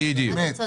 אמת.